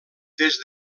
des